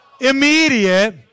immediate